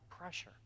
pressure